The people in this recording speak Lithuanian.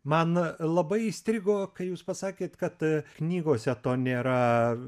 man labai įstrigo kai jūs pasakėt kad knygose to nėra